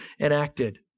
enacted